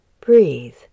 Breathe